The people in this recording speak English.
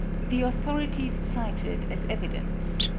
the authorities cited as evidence